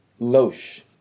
Loesch